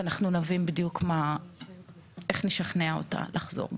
ואנחנו נבין איך נשכנע אותה לחזור בה.